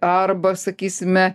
arba sakysime